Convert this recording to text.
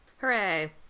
Hooray